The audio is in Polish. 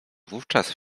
wówczas